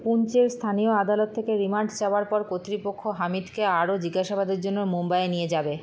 পুঞ্চের স্থানীয় আদালত থেকে রিমান্ড চাওয়ার পর কর্তৃপক্ষ হামিদকে আরও জিজ্ঞাসাবাদের জন্য মুম্বাইয়ে নিয়ে যাবে